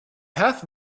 half